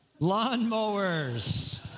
lawnmowers